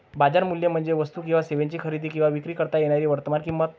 बाजार मूल्य म्हणजे वस्तू किंवा सेवांची खरेदी किंवा विक्री करता येणारी वर्तमान किंमत